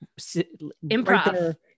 Improv